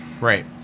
Right